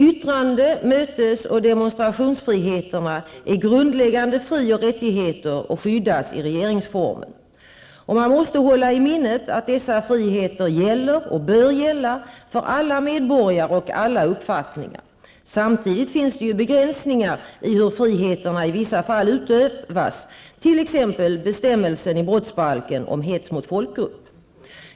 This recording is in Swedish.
Yttrande-, mötes och demonstrationsfriheterna är grundläggande fri och rättigheter och skyddas i regeringsformen. Och man måste hålla i minnet att dessa friheter gäller -- och bör gälla -- för alla medborgare och alla uppfattningar. Samtidigt finns det ju begränsningar i hur friheterna i vissa fall kan utövas, t.ex. bestämmelsen i brottsbalken om hets mot folkgrupp.